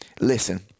listen